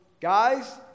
guys